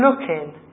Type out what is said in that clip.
looking